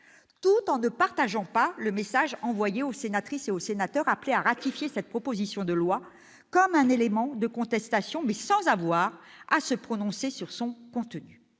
tout en ne partageant pas le message envoyé aux sénatrices et sénateurs appelés à adopter cette proposition de loi comme un élément de contestation, mais sans avoir à se prononcer sur son contenu.